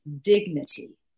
dignity